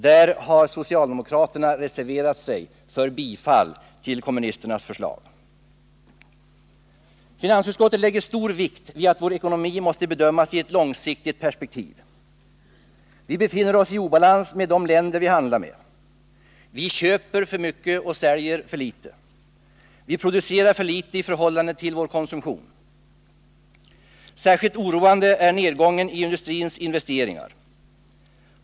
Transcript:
Där har socialdemokraterna reserverat sig för bifall till kommunisternas förslag. Finansutskottet lägger stor vikt vid att vår ekonomi måste bedömas i ett långsiktigt perspektiv. Vi befinner oss i obalans med de länder vi handlar med. Vi köper för mycket och säljer för litet. Vi producerar för litet i förhållande till vår konsumtion. Särskilt oroande är nedgången i industrins investeringar.